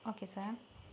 okay sir